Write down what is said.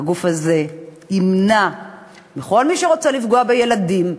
הגוף הזה ימנע מכל מי שרוצה לפגוע בילדים,